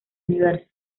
universo